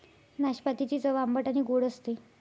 नाशपातीची चव आंबट आणि गोड असते